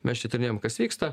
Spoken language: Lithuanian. mes čia tyrinėjam kas vyksta